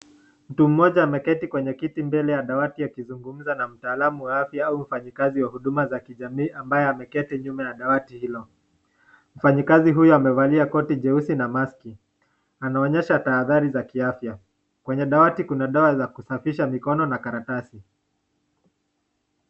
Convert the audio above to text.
Mtu mmoja ameketi kwenye kiti mbele ya dawati akizungumza na mtaalamu wa afya au mfanya kazi wa huduma za kijamii ambae ameketi nyuma ya dawati hilo. Mfanya kazi huyo amevalia koti jeusi na maski, anaonyesha tahadhari za kiafya. Kwenye dawati kuna dawa za kusafisha mikono na karatasi.